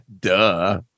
Duh